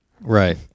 Right